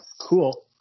cool